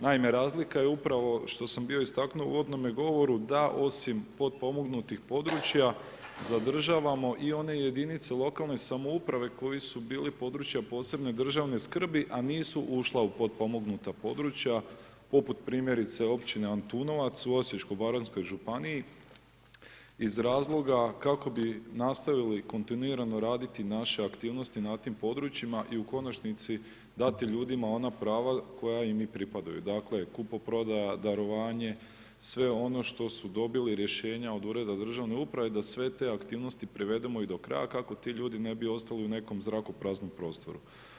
Naime razlika je upravo što sam bio istaknuo u uvodnome govoru da osim potpomognutih područja zadržavamo i one jedinice lokalne samouprave koji su bili iz područja posebne državne skrbi, a nisu ušla u potpomognuta područja poput primjerice općine Antunovac u Osječko-baranjskoj županiji iz razloga kako bi nastavili kontinuirano raditi naše aktivnosti na tim područjima i u konačnici dati ljudima ona prava koja im i pripadaju, dakle kupoprodaja, darovanje, sve ono što su dobili rješenje od ureda u državnoj upravi da sve te aktivnosti privedemo i do kraja kako ti ljudi ne bi ostali u nekom zrakopraznom prostoru.